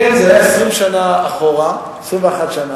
כן, זה היה 20 שנה אחורה, 21 שנה.